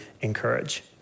encourage